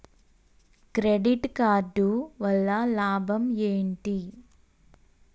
Credit card వల్ల లాభం ఏంటి?